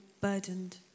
burdened